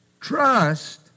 Trust